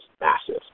massive